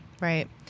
Right